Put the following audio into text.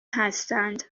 هستند